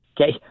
Okay